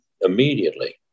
immediately